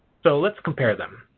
so let's compare them.